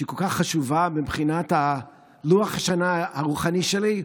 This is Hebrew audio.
שהיא כל כך חשובה מבחינת לוח השנה הרוחני שלי,